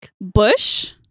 Bush